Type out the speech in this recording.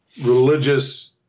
religious